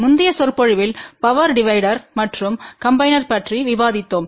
முந்தைய சொற்பொழிவில் பவர் டிவைடர்கள் மற்றும் காம்பினர்கள் பற்றி விவாதித்தோம்